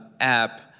app